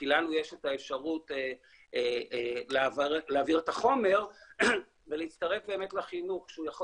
כי לנו יש את האפשרות להעביר את החומר ולהצטרף באמת לחינוך שהוא יכול